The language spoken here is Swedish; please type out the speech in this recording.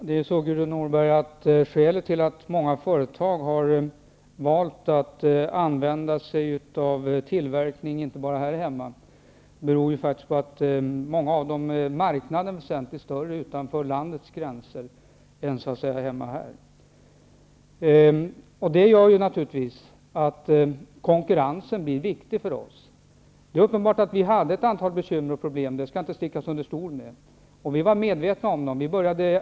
Herr talman! Skälet, Gudrun Norberg, till att många företag har valt att använda sig av tillverkning även utomlands är faktiskt att marknaden är större utanför landets gränser än här hemma. Det medför naturligtvis att konkurrensen blir viktig för oss. Det är uppenbart att vi hade ett antal bekymmer och problem. Det skall inte stickas under stol med. Vi var medvetna om dessa problem.